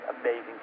amazing